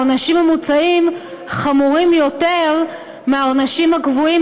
העונשים המוצעים חמורים יותר מהעונשים הקבועים